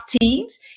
teams